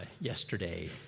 yesterday